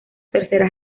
tercera